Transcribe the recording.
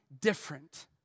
different